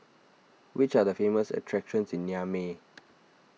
which are the famous attractions in Niamey